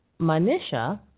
Manisha